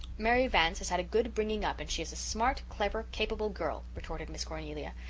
mary vance has had a good bringing up and she is a smart, clever, capable girl, retorted miss cornelia.